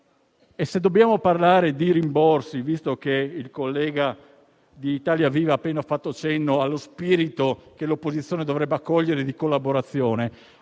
E se dobbiamo parlare di rimborsi, visto che il collega di Italia Viva ha appena fatto cenno allo spirito, che l'opposizione dovrebbe accogliere, di collaborazione,